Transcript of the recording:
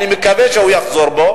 ואני מקווה שהוא יחזור בו.